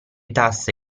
tasse